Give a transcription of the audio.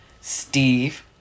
Steve